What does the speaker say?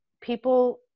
people